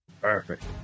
Perfect